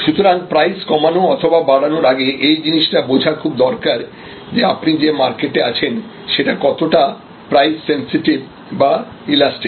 সুতরাং প্রাইস কমানো অথবা বাড়ানোর আগে এই জিনিসটা বোঝা খুব দরকার যে আপনি যে মার্কেটে আছেন সেটা কতটা প্রাইস সেনসিটিভ বা ইলাস্টিক